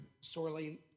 sorely